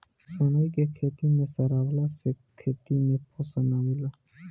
सनई के खेते में सरावला से खेत में पोषण आवेला